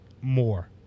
more